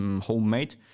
homemade